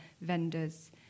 vendors